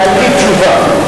שאלתי תשובה.